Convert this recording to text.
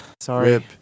Sorry